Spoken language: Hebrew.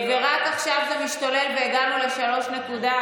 ורק עכשיו זה משתולל, והגענו ל-3.67.